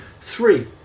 three